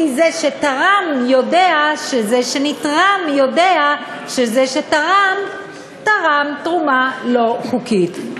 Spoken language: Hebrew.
כי זה שתרם יודע שזה שנתרם יודע שזה שתרם תרם תרומה לא חוקית.